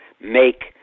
make